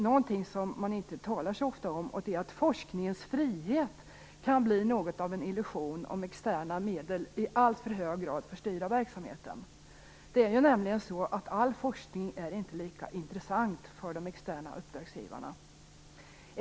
Någonting som det inte talas så mycket om är att forskningens frihet kan bli något av en illusion om externa medel i alltför hög grad får styra verksamheten. Det är nämligen så att all forskning inte är lika intressant för de externa uppdragsgivarna.